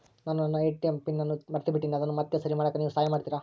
ನಾನು ನನ್ನ ATM PIN ಅನ್ನು ಮರೆತುಬಿಟ್ಟೇನಿ ಅದನ್ನು ಮತ್ತೆ ಸರಿ ಮಾಡಾಕ ನೇವು ಸಹಾಯ ಮಾಡ್ತಿರಾ?